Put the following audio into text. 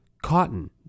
Cotton